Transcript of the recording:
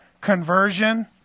conversion